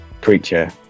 creature